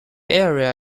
area